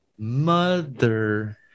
Mother